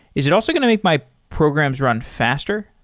is it also going to make my programs run faster?